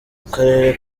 karere